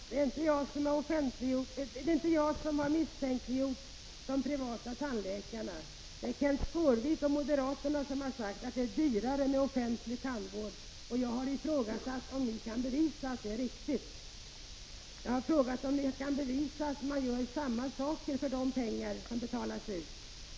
Prot. 1985/86:50 Herr talman! Det är inte jag som har misstänkliggjort de privata 12 december 1985 tandläkarna. Det är Kenth Skårvik och moderaterna som har sagt att detär ZH dyrare med offentlig tandvård, och jag har ifrågasatt om ni kan bevisa att det är riktigt. Jag har frågat om ni kan bevisa att man gör samma saker för de pengar som betalas ut.